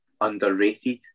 underrated